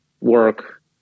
work